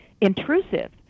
intrusive